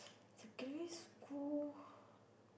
secondary school